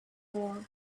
war